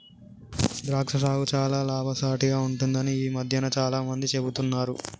ద్రాక్ష సాగు చాల లాభసాటిగ ఉంటుందని ఈ మధ్యన చాల మంది చెపుతున్నారు